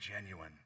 genuine